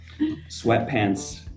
Sweatpants